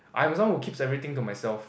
I am someone who keeps everything to myself